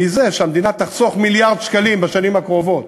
מזה שהמדינה תחסוך מיליארד שקלים בשנים הקרובות